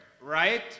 Right